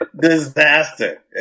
disaster